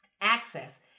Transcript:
Access